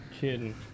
kidding